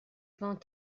vingt